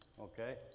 okay